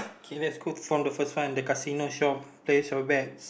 okay let's go from the first one the casino shop place your bets